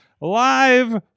live